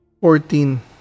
Fourteen